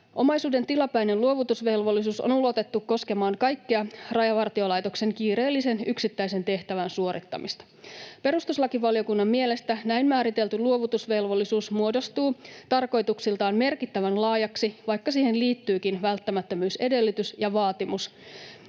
Omaisuuden tilapäinen luovutusvelvollisuus on ulotettu koskemaan kaikkea Rajavartiolaitoksen kiireellisen yksittäisen tehtävän suorittamista. Perustuslakivaliokunnan mielestä näin määritelty luovutusvelvollisuus muodostuu tarkoituksiltaan merkittävän laajaksi, vaikka siihen liittyykin välttämättömyysedellytys ja vaatimus,